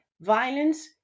violence